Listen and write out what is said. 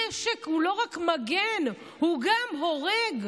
נשק הוא לא רק מגן, הוא גם הורג.